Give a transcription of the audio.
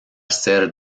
ser